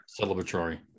celebratory